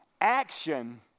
Action